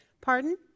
Pardon